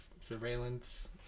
surveillance